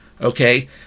okay